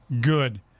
good